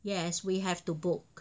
yes we have to book